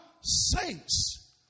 Saints